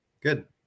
Good